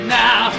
now